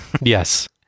Yes